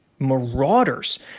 marauders